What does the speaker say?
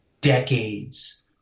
decades